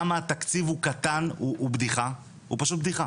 כמה התקציב הוא קטן, הוא פשוט בדיחה.